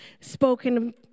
spoken